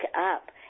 up